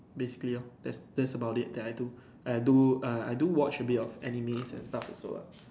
basically orh that's that's about it that I do I do err I do watch a bit of animes and stuff also lah